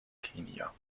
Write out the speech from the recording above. kenia